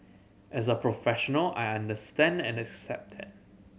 as a professional I understand and accept that